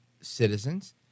citizens